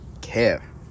care